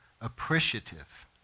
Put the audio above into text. appreciative